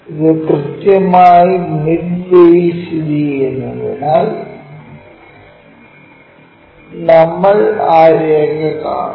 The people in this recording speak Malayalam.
ഇത് കൃത്യമായി മിഡ്വേയിൽ സ്ഥിതിചെയ്യുന്നതിനാൽ നമ്മൾ ആ രേഖ കാണും